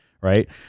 right